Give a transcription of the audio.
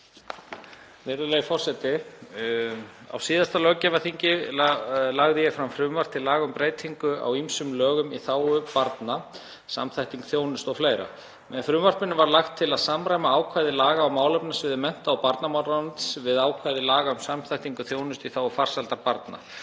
Virðulegi forseti. Á síðasta löggjafarþingi lagði ég fram frumvarp til laga um breytingu á ýmsum lögum í þágu barna (samþætting þjónustu o.fl.). Með frumvarpinu var lagt til að samræma ákvæði laga á málefnasviði mennta- og barnamálaráðuneytis við ákvæði laga um samþættingu þjónustu í þágu farsældar barna,